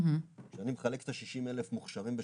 כשאני מחלק את ה-60,000 מוכשרים בשנה,